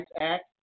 Act